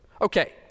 Okay